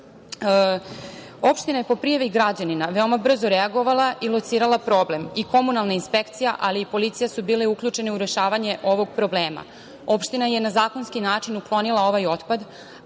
Opština je po prijavi građanina vrlo brzo reagovala i locirala problem i komunalna inspekcija, ali i policija su bile uključene u rešavanje ovog problema. Opština je na zakonski način uklonila ovaj otpad,